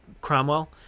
Cromwell